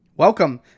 Welcome